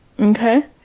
Okay